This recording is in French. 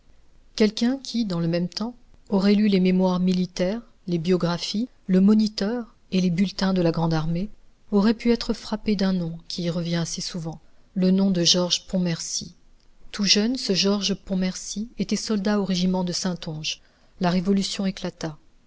quelqu'un qui dans le même temps aurait lu les mémoires militaires les biographies le moniteur et les bulletins de la grande armée aurait pu être frappé d'un nom qui y revient assez souvent le nom de georges pontmercy tout jeune ce georges pontmercy était soldat au régiment de saintonge la révolution éclata